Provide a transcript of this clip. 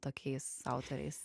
tokiais autoriais